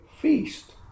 feast